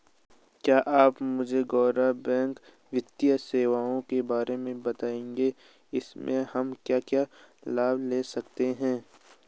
क्या आप मुझे गैर बैंक वित्तीय सेवाओं के बारे में बताएँगे इसमें हम क्या क्या लाभ ले सकते हैं?